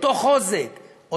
אותו חוזק,